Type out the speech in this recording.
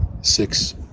six